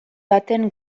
baten